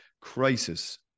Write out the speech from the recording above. crisis